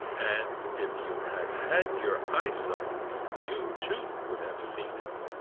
and if you had had your eyesight you too would have seen it.